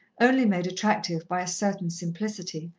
only made attractive by a certain simplicity,